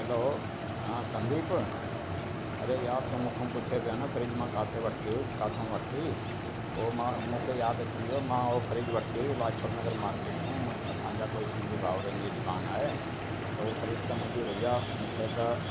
hello हा संदीप अरे यार तूं मूंखां पुछे पियो न फ्रिज मां किथे वरिती हुई किथो वरिती उहो मां मूंखे यादि अची वियो मां उहा फ्रिज वरिती हुई लाजपत नगर मार्केट मां असांजा कोई सिंधी भाउरनि जी दुकानु आहे त उहो फ्रिज त मुंहिंजी भइया मूंखे त हे